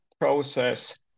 process